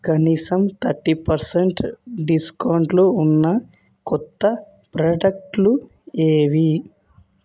కనీసం thirty percent డిస్కౌంట్లు ఉన్న కొత్త ప్రొడక్ట్లు ఏవి